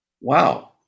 Wow